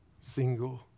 single